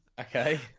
Okay